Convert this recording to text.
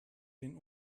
den